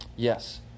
Yes